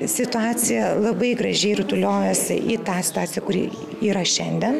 situacija labai gražiai rituliojosi į tą situaciją kuri yra šiandien